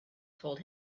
told